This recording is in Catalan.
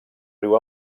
riu